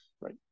Right